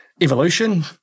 evolution